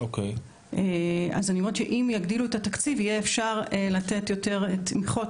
אם יגדילו את התקציב יהיה אפשר לתת יותר תמיכות